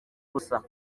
gusa